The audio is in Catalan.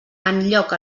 enlloc